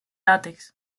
látex